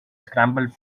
scrambled